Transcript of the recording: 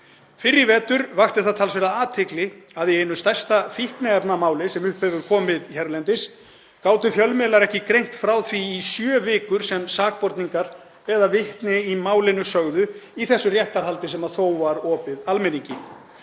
Fyrr í vetur vakti talsverða athygli að í einu stærsta fíkniefnamáli sem upp hefur komið hérlendis gátu fjölmiðlar ekki greint frá því í sjö vikur sem sakborningar eða vitni í málinu sögðu í þessu réttarhaldi sem þó var opið almenningi.